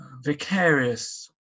vicarious